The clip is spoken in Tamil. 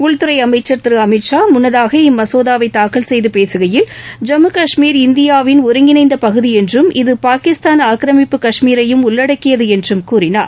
உள்துறைஅமைச்சர் திருஅமித் ஷா முன்னதாக இம்மசோதாவைதாக்கல் செய்தபேசுகையில் ஜம்மு கஷ்மீர் இந்தியாவின் ஒருங்கிணைந்தபகுதிஎன்றும் இது பாகிஸ்தான் ஆக்கிரமிப்பு கஷ்மீரையும் உள்ளடக்கியதுஎன்றும் கூறினார்